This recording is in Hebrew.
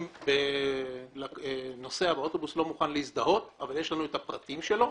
אם נוסע באוטובוס לא מוכן להזדהות אבל יש לנו את הפרטים שלו,